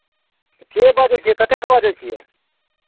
के बजै छियै कतयसँ बजै छियै